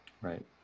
Right